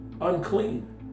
unclean